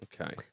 okay